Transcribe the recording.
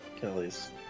Kelly's